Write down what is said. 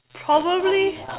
probably